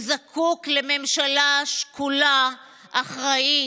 הוא זקוק לממשלה שקולה, אחראית,